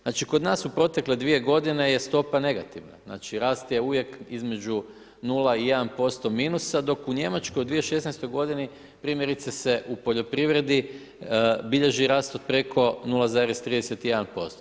Znači kod nas u protekle 2 godine je stopa negativna, znači rast je uvijek između 0 i 1% minuta dok u Njemačkoj u 2016. godini primjerice se u poljoprivredi bilježi rast od preko 0,31%